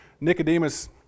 Nicodemus